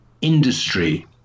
Industry